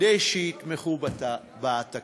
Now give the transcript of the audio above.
כדי שיתמכו בתקציב.